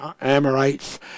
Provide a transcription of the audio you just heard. Amorites